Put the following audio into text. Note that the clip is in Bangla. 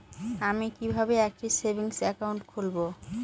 আমি কিভাবে একটি সেভিংস অ্যাকাউন্ট খুলব?